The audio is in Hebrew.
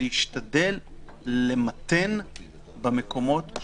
התקנות המקוריות הגדירו מעסיק מעל 10 עובדים.